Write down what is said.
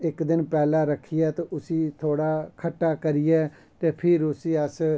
इक हिन पैह्लै रक्खियै ते उस्सी थोह्ड़ा खट्टा करियै ते फिर उसी अस